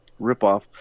ripoff